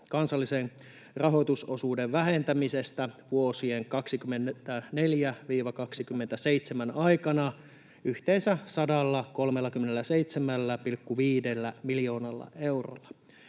kansallisen rahoitusosuuden vähentämisestä vuosien 24–27 aikana yhteensä 137,5 miljoonalla eurolla: